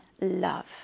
love